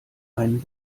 einen